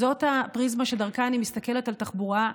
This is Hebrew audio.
זאת הפריזמה שדרכה אני מסתכלת על תחבורה.